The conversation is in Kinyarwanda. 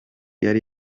yari